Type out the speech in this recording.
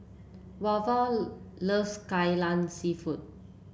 Wava loves Kai Lan seafood